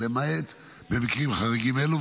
למעט במקרים חריגים אלו.